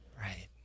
Right